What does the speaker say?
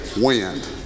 wind